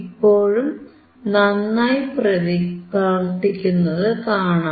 ഇപ്പോഴും നന്നായി പ്രവർത്തിക്കുന്നതു കാണാം